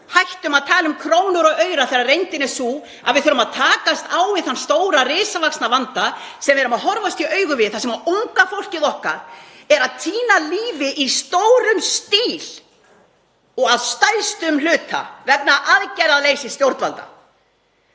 Hættum að tala um krónur og aura þegar reyndin er sú að við þurfum að takast á við þann risavaxna vanda sem við horfumst í augu við, þar sem unga fólkið okkar er að týna lífi í stórum stíl og að stærstum hluta vegna aðgerðaleysis stjórnvalda.